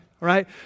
right